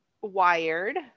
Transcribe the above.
wired